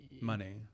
money